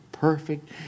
perfect